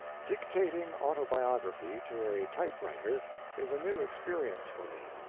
dictating autobiography to a typewriter is a new experience for me,